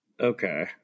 Okay